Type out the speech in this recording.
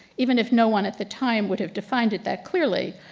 even if no one at the time would have defined it that clearly,